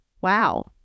wow